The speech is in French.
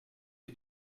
les